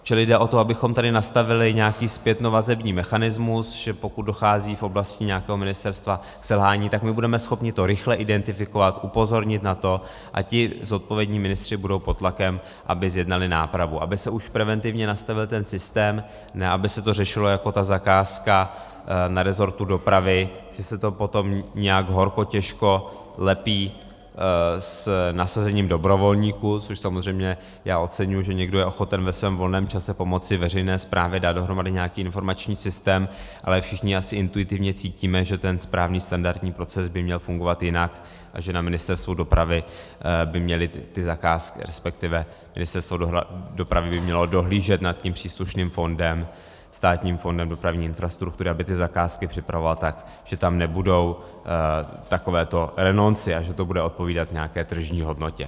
Čili jde o to, abychom tady nastavili nějaký zpětnovazební mechanismus, že pokud dochází v oblasti nějakého ministerstva k selhání, tak my budeme schopni to rychle identifikovat, upozornit na to, a zodpovědní ministři budou pod tlakem, aby zjednali nápravu, aby se už preventivně nastavil ten systém, ne aby se to řešilo jako ta zakázka na resortu dopravy, že se to potom nějak horko těžko lepší s nasazením dobrovolníků což já samozřejmě oceňuji, že někdo je ochoten ve svém volném čase pomoci veřejné správě dát dohromady nějaký informační systém, ale všichni asi intuitivně cítíme, že ten správný standardní proces by měl fungovat jinak a že Ministerstvo dopravy by mělo dohlížet nad tím příslušným fondem, Státním fondem dopravní infrastruktury, aby ty zakázky připravoval tak, že tam nebudou takovéto renoncy a že to bude odpovídat nějaké tržní hodnotě.